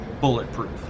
bulletproof